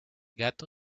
gato